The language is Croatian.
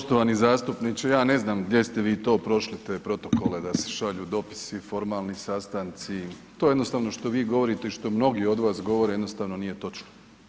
Poštovani zastupniče ja ne znam gdje ste vi to prošli te protokole da se šalju dopisi, formalni sastanci, to jednostavno što vi govorite i što mnogi od vas govore jednostavno nije točno.